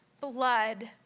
blood